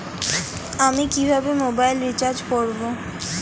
আমি কিভাবে mobile recharge করব?